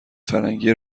فرنگی